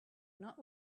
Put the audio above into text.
not